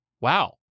Wow